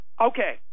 okay